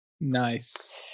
Nice